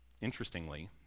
Interestingly